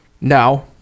Now